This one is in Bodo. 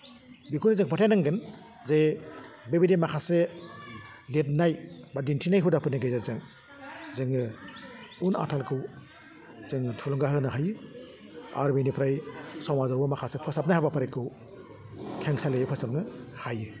बिखौनो जों फोथायनांगोन जे बेबायदि माखासे लिरनाय बा दिन्थिनाय हुदाफोरनि गेजेरजों जोङो उन आथालखौ जोङो थुलुंगा होनो हायो आरो बेनिफ्राय समाजावबो माखासे फोसाबनाय हाबाफारिखौ खेंसालियायै फोसाबनो हायो